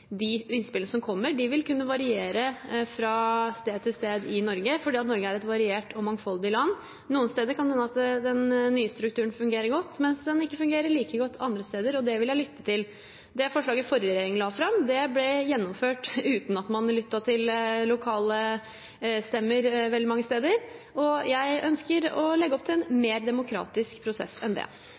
de innspillene som kommer. De vil kunne variere fra sted til sted i Norge, fordi Norge er et variert og mangfoldig land. Noen steder kan det hende at den nye strukturen fungerer godt, mens den ikke fungerer like godt andre steder, og det vil jeg lytte til. Det forslaget forrige regjering la fram, ble gjennomført uten at man lyttet til lokale stemmer veldig mange steder, og jeg ønsker å legge opp til en mer demokratisk prosess enn det.